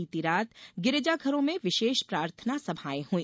बीती रात गिरजाघरों में विशेष प्रार्थना सभाएं हुई